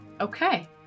Okay